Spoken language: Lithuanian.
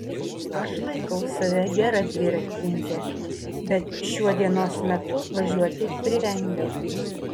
aš laikau save gera dviratininke bet šiuo dienos metu važiuoti privengiu